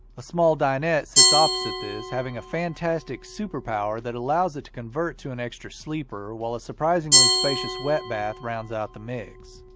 a small dinette sits opposite this having a fantastic superpower that allows it to convert to an extra sleeper while a surprisingly spacious wet bath rounds out the mix.